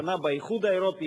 השנה באיחוד האירופי,